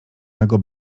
mego